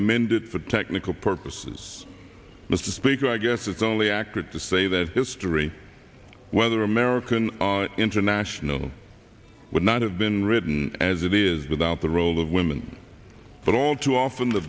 amended for technical purposes mr speaker i guess it's only accurate to say that history whether american international would not have been written as it is without the role of women but all too often the